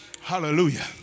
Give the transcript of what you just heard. Hallelujah